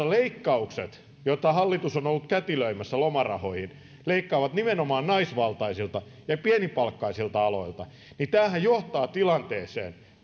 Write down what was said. leikkaukset joita hallitus on ollut kätilöimässä lomarahoihin leikkaavat nimenomaan naisvaltaisilta ja pienipalkkaisilta aloilta niin tämähän johtaa tilanteeseen